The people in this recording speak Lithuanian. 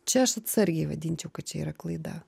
čia aš atsargiai vadinčiau kad čia yra klaida